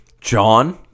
John